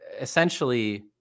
essentially